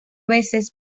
veces